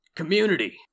community